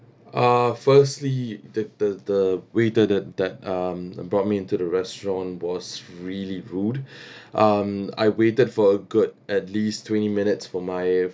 uh firstly the the the waiter that that um brought me into the restaurant was really rude um I waited for a good at least twenty minutes for my